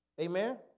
Amen